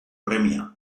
premia